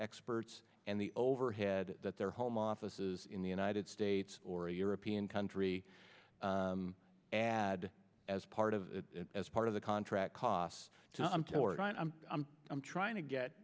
experts and the overhead that their home offices in the united states or a european country add as part of it as part of the contract cost to i'm torn i'm trying to get